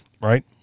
right